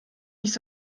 nicht